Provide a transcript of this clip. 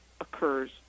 occurs